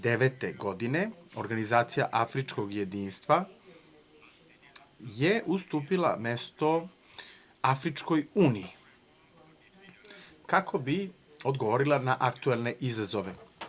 Godine 1989. organizacija Afričkog jedinstva je ustupila mesto Afričkoj uniji kako bi odgovorila na aktuelne izazove.